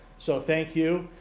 so thank you.